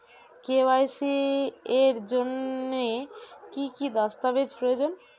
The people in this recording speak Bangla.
কে.ওয়াই.সি এর জন্যে কি কি দস্তাবেজ প্রয়োজন?